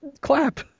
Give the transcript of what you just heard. clap